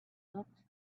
looked